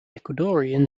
ecuadorian